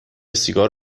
سیگار